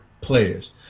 players